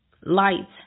Light